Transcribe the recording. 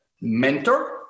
Mentor